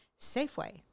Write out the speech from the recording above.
safeway